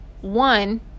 one